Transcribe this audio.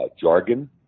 jargon